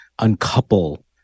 uncouple